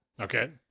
Okay